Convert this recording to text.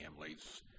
families